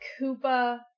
Koopa